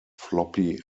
floppy